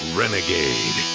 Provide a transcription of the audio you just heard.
renegade